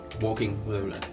walking